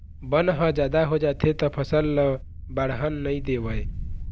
बन ह जादा हो जाथे त फसल ल बाड़हन नइ देवय